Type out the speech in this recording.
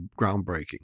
groundbreaking